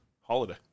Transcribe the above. Holiday